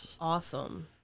Awesome